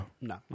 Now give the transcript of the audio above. No